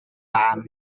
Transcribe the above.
ban